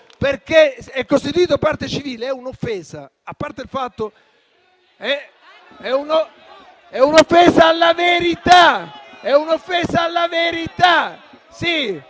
perché è costituito parte civile, è un'offesa. *(Commenti)*. È un'offesa alla verità!